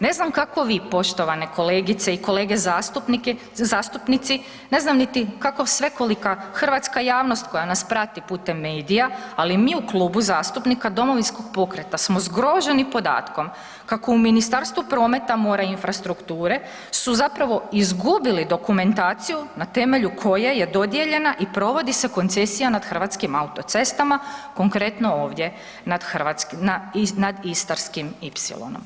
Ne znam kako vi poštovane kolegice i kolege zastupnici, ne znam niti kako svekolika hrvatska javnost koja nas prati putem medija ali mi u Klubu zastupnika Domovinskog pokreta smo zgroženi podatkom kako u Ministarstvu prometa, mora i infrastrukture su zapravo izgubili dokumentaciju na temelju koje je dodijeljena i provodi se koncesija nad Hrvatskim autocestama, konkretno ovdje nad Istarskim ipsilonom.